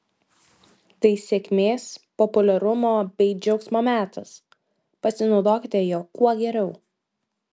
tai sėkmės populiarumo bei džiaugsmo metas pasinaudokite juo kuo geriau